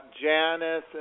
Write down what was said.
Janice